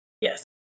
Yes